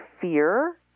fear